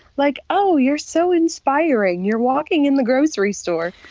like oh you're so inspiring, you're walking in the grocery store.